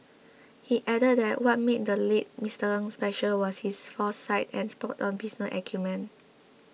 he added that what made the late Mister Ng special was his foresight and spoton business acumen